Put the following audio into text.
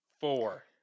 Four